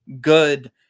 good